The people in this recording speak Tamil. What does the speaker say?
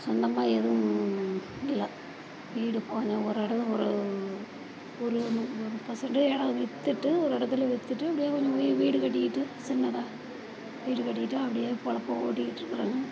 சொந்தமாக எதுவும் இல்லை வீடு போன ஒரு இடம் ஒரு ஒரு பர்சன்ட்டு இடம் விற்றுட்டு ஒரு இடத்துல விற்றுட்டு அப்படியே கொஞ்சம் வீ வீடு கட்டிக்கிட்டு சின்னதாக வீடு கட்டிக்கிட்டு அப்படியே பொழைப்ப ஓட்டிகிட்டுருக்குறோங்க